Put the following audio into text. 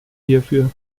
hierfür